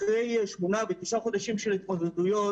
אחרי שמונה ותשעה חודשים של התמודדויות,